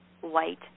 white